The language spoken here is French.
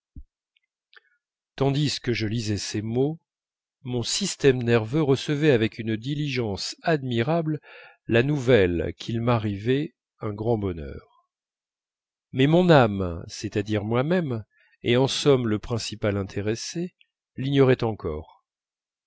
tandis que je lisais ces mots mon système nerveux recevait avec une diligence admirable la nouvelle qu'il m'arrivait un grand bonheur mais mon âme c'est-à-dire moi-même et en somme le principal intéressé l'ignorait encore